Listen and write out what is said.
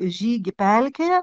žygį pelkėje